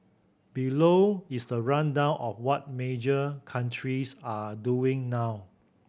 below is the rundown of what major countries are doing now